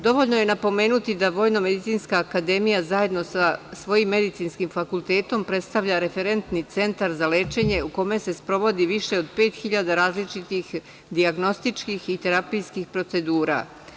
Dovoljno je napomenuti da VMA zajedno sa svojim Medicinskim fakultetom predstavlja referentni centar za lečenje u kome se sprovodi više od pet hiljada različitih dijagnostičkih i terapijskih procedura.